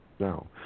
now